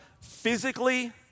physically